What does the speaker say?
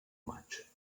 maig